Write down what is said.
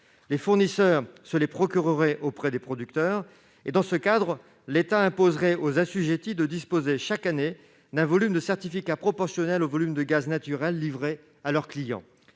français, qui se les procureraient auprès des producteurs. Dans ce cadre, l'État imposerait aux assujettis de disposer, chaque année, d'un volume de CP proportionnel au volume de gaz naturel livré à leurs clients.